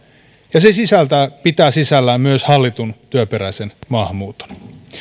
ja se pitää sisällään myös hallitun työperäisen maahanmuuton